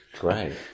Great